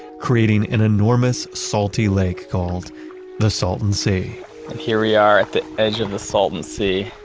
creating an enormous salty lake called the salton sea and here we are at the edge of the salton sea.